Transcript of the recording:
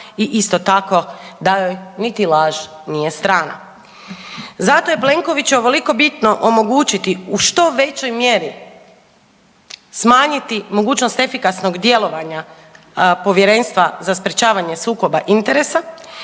i isto tako da joj niti laž nije strana. Zato je Plenkoviću ovoliko bitno omogućiti u što većoj mjeri smanjiti mogućnost efikasnog djelovanja Povjerenstva za sprječavanje sukoba interesa